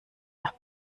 nach